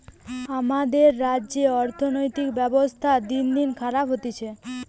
আমাদের রাজ্যের অর্থনীতির ব্যবস্থা দিনদিন খারাপ হতিছে